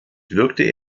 wirkte